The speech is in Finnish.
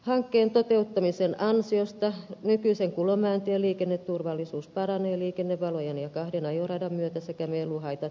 hankkeen toteuttamisen ansiosta nykyisen kulomäentien liikenneturvallisuus paranee liikennevalojen ja kahden ajoradan myötä sekä meluhaitat vähenevät